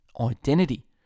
identity